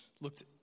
looked